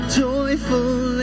joyful